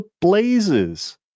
blazes